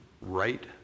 right